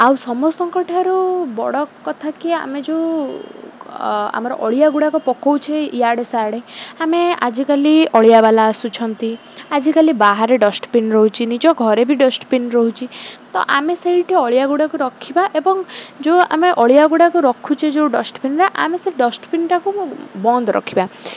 ଆଉ ସମସ୍ତଙ୍କ ଠାରୁ ବଡ଼ କଥା କି ଆମେ ଯୋଉ ଆମର ଅଳିଆ ଗୁଡ଼ାକ ପକଉଛେ ଇଆଡ଼େ ସିଆଡ଼େ ଆମେ ଆଜିକାଲି ଅଳିଆ ବାଲା ଆସୁଛନ୍ତି ଆଜିକାଲି ବାହାରେ ଡଷ୍ଟବିନ୍ ରହୁଛି ନିଜ ଘରେ ବି ଡଷ୍ଟବିନ୍ ରହୁଛି ତ ଆମେ ସେଇଠି ଅଳିଆ ଗୁଡ଼ାକ ରଖିବା ଏବଂ ଯୋଉ ଆମେ ଅଳିଆ ଗୁଡ଼ାକ ରଖୁଛେ ଯୋଉ ଡଷ୍ଟବିନ୍ ଆମେ ସେ ଡଷ୍ଟବିନ୍ଟା'କୁ ମୁଁ ବନ୍ଦ ରଖିବା